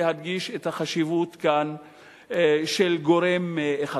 להדגיש את החשיבות של גורם אחד,